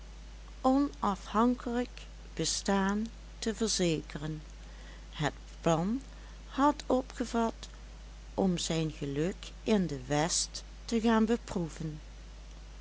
onafhankelijk bestaan te verzekeren het plan had opgevat om zijn geluk in de west te gaan beproeven